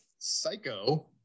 Psycho